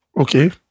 Okay